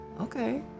okay